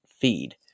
feed